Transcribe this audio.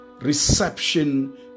reception